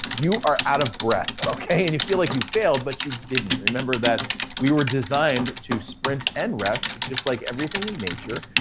you are out of breath. and you feel like you failed, but you didn't. remember that we were designed to sprint and rest, just like everything in nature.